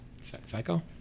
psycho